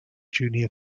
junior